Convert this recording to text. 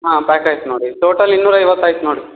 ಹಾಂ ಪ್ಯಾಕ್ ಆಯ್ತು ನೋಡಿ ಟೋಟಲ್ ಇನ್ನೂರ ಐವತ್ತು ಆಯ್ತು ನೋಡಿ